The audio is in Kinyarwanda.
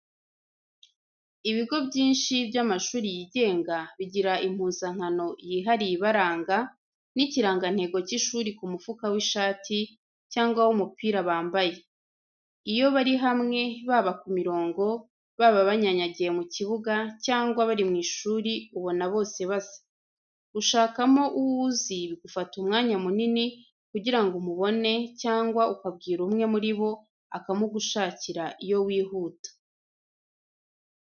Ibigo byinshi by'amashuri yigenga, bigira impuzankano yihariye ibaranga, n'ikirangantego cy'ishuri ku mufuka w'ishati cyangwa w'umupira bambaye. Iyo bari hamwe, baba ku mirongo, baba banyanyagiye mu kibuga cyangwa bari mu ishuri ubona bose basa. Gushakamo uwo uzi, bigufata umwanya munini kugira ngo umubone, cyangwa ukabwira umwe muri bo akamugushakira iyo wihuta.